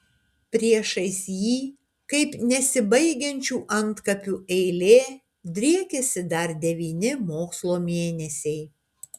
priešais jį kaip nesibaigiančių antkapių eilė driekėsi dar devyni mokslo mėnesiai